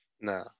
No